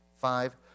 Five